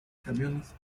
camiones